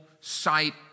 sight